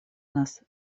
нас